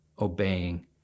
obeying